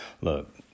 Look